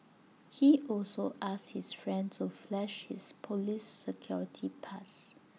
he also asked his friend to flash his Police security pass